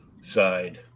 side